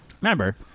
Remember